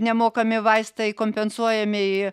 nemokami vaistai kompensuojamieji